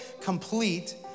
complete